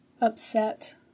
upset